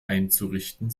einzurichten